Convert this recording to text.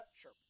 Sure